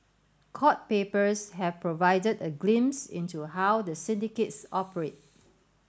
court papers have provided a glimpse into how the syndicates operate